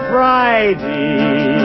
Friday